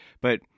but-